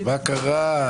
מה קרה,